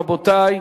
רבותי,